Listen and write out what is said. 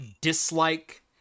dislike